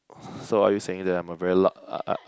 so are you saying that I'm a very loud